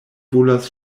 volas